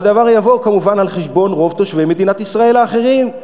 והדבר יבוא כמובן על חשבון רוב תושבי מדינת ישראל האחרים,